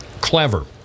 clever